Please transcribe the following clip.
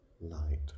light